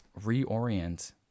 reorient